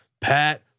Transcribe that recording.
Pat